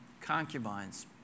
concubines